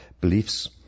beliefs